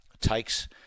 Takes